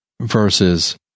versus